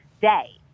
day